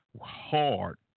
hard